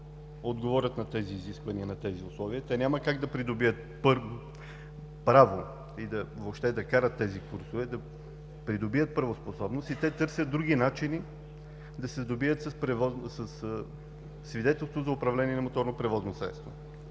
отговорят на тези изисквания и на тези условия. Те няма как да придобият право и въобще да карат тези курсове, да придобият правоспособност и те търсят други начини да се сдобият със свидетелство за управление на моторно превозно средство.